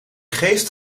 geest